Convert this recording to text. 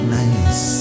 nice